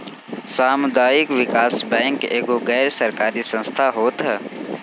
सामुदायिक विकास बैंक एगो गैर सरकारी संस्था होत हअ